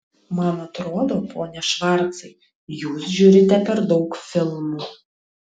man atrodo pone švarcai jūs žiūrite per daug filmų